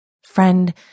Friend